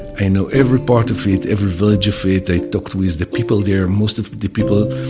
i know every part of it, every village of it, i talked with the people there. most of the people,